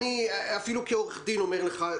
אפילו כעורך דין אני אומר לך,